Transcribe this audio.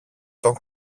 τον